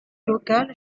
locale